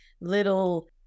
little